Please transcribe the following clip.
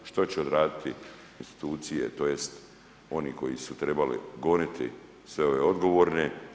Što će odraditi institucije tj. oni koji su trebali goniti sve ove odgovorne?